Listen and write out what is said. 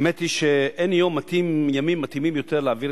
האמת היא שאין ימים מתאימים יותר להעביר